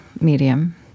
medium